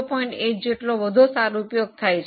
8 જેટલો વધુ સારુ ઉપયોગ થાય છે